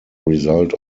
result